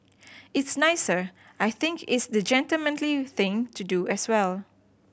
it's nicer I think it's the gentlemanly thing to do as well